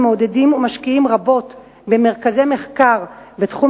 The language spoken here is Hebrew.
מעודדים ומשקיעים רבות במרכזי מחקר בתחום